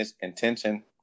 intention